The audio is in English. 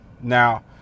now